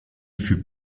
fut